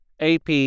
AP